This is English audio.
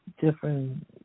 different